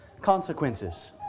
consequences